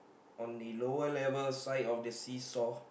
on the lower level side of the seesaw